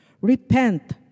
Repent